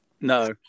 No